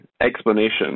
explanation